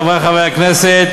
חברי חברי הכנסת,